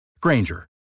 Granger